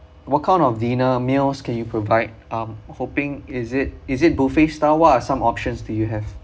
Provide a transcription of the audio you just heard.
what kind of dinner meals can you provide um hoping is it is it buffet style what are some options do you have